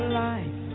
life